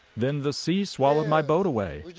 then the sea swallowed my boat away,